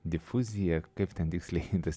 difuziją kaip ten tiksliai tas